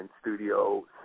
Studio